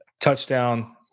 touchdown